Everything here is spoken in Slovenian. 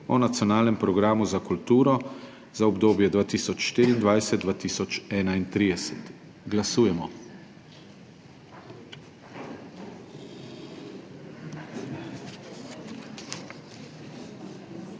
o nacionalnem programu za kulturo 2024–2031. Glasujemo.